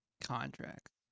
Contracts